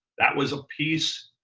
that was a piece.